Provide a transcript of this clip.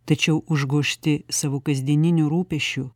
tačiau užgožti savo kasdieninių rūpesčių